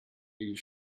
you